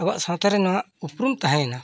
ᱟᱵᱚᱣᱟᱜ ᱥᱟᱶᱛᱟ ᱨᱮᱱᱟᱜ ᱩᱯᱨᱩᱢ ᱛᱟᱦᱮᱸᱭᱮᱱᱟ